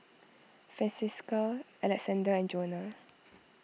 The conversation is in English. Francisca Alexzander and Jonna